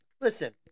listen